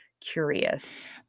curious